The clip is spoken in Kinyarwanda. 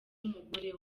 umugore